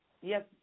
Yes